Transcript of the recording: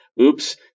oops